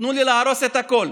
תנו לי להרוס את הכול.